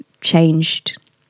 changed